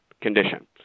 condition